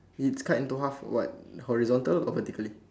it's cut into half of what horizontal or vertically